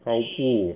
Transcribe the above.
跑步